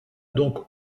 donc